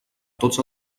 tots